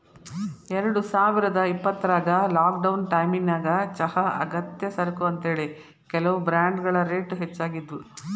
ಎರಡುಸಾವಿರದ ಇಪ್ಪತ್ರಾಗ ಲಾಕ್ಡೌನ್ ಟೈಮಿನ್ಯಾಗ ಚಹಾ ಅಗತ್ಯ ಸರಕು ಅಂತೇಳಿ, ಕೆಲವು ಬ್ರಾಂಡ್ಗಳ ರೇಟ್ ಹೆಚ್ಚಾಗಿದ್ವು